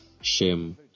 shame